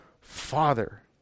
Father